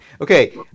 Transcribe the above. Okay